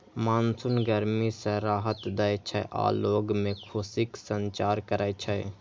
monsoon गर्मी सं राहत दै छै आ लोग मे खुशीक संचार करै छै